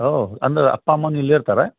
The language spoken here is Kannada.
ಹೋ ಅಂದ್ರೆ ಅಪ್ಪ ಅಮ್ಮನೂ ಇಲ್ಲೇ ಇರ್ತಾರಾ